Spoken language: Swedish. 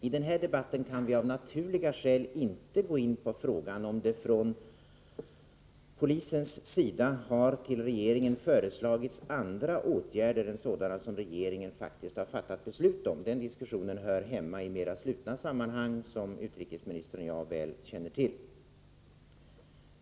I den här debatten kan vi av naturliga skäl inte gå in på frågan huruvida polisen har föreslagit regeringen andra åtgärder än sådana som regeringen faktiskt har fattat beslut om. Den diskussionen hör hemma i mera slutna sammanhang, som utrikesministern och jag väl känner till.